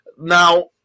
Now